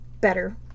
better